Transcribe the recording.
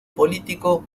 político